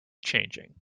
changing